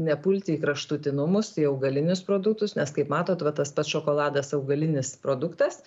nepulti į kraštutinumus į augalinius produktus nes kaip matot va tas pats šokoladas augalinis produktas